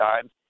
time